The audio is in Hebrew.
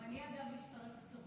אגב, גם אני מצטרפת לברכות.